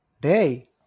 Day